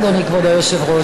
אדוני כבוד היושב-ראש.